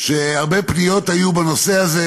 שהיו הרבה פניות בנושא הזה.